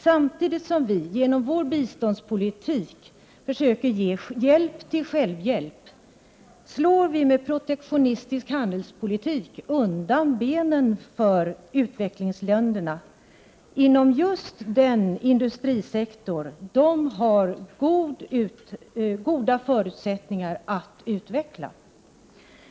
Samtidigt som vi genom vår biståndspolitik försöker ge hjälp till självhjälp, slår vi med protektionistisk handelspolitik undan benen för utvecklingsländerna inom just den industrisektor som de har goda förutsättningar att utveckla.